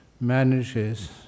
manages